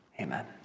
Amen